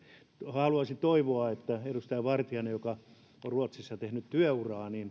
haluaisin toivoa että edustaja vartiainen joka on ruotsissa tehnyt työuraa